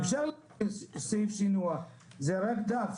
אפשר להוסיף סעיף שינוע, זה רק דף,